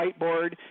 whiteboard